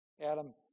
Adam